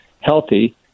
healthy